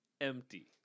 empty